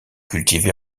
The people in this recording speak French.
cultivé